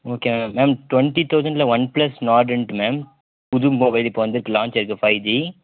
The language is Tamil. ஓகே மேம் மேம் டுவெண்டி தவுசண்ட்ல ஒன் பிளஸ் நாடுண்ட்டு மேம் புது மொபைல் இப்ப வந்துருக்கு லாஞ்ச் ஆயிருக்கு ஃபைவ் ஜி